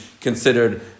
considered